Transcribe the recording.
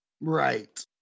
Right